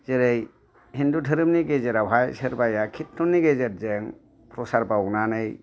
जेरै हिन्दु धोरोमनि गेजेरावहाय सोरबाया किरटननि गेजेरजों प्रसाद बावनानै